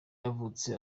yavutse